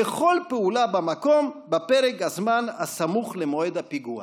לכל פעולה במקום בפרק הזמן הסמוך למועד הפיגוע,